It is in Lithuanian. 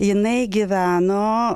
jinai gyveno